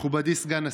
מכובדי סגן השר,